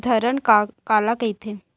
धरण काला कहिथे?